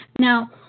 Now